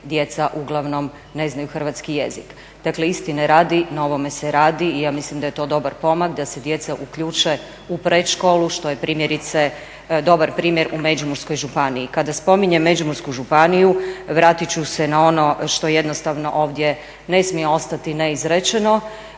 uglavnom ne znaju hrvatski jezik.